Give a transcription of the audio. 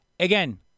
Again